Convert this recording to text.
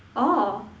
orh